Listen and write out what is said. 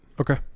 Okay